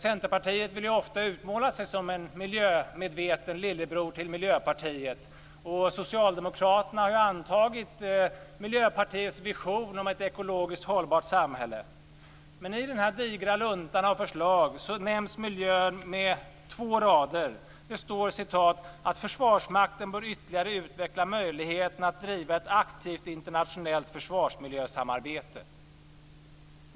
Centerpartiet vill ju ofta utmåla sig som en miljömedveten lillebror till Miljöpartiet, och Socialdemokraterna har ju antagit Miljöpartiets vision om ett ekologiskt hållbart samhälle. Men i den här digra luntan av förslag nämns miljön med två rader. Det står att "Försvarsmakten bör ytterligare utveckla möjligheterna att driva ett aktivt internationellt försvarsmiljösamarbete."